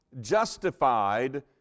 justified